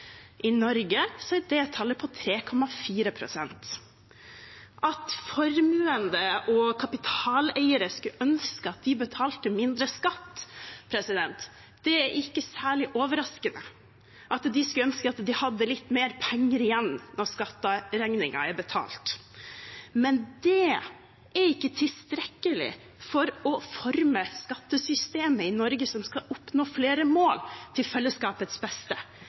I Norge er det tallet på 3,4 pst. At formuende og kapitaleiere skulle ønske at de betalte mindre skatt, og at de skulle ønske at de hadde litt mer penger igjen når skatteregningen er betalt, er ikke særlig overraskende. Men det er ikke tilstrekkelig for å forme skattesystemet i Norge, som skal oppnå flere mål, til fellesskapets beste.